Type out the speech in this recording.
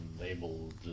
labeled